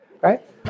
Right